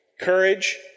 Courage